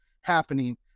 happening